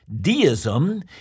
deism